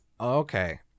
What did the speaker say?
Okay